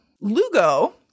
Lugo